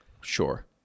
Sure